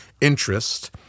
interest